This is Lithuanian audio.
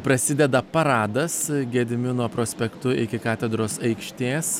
prasideda paradas gedimino prospektu iki katedros aikštės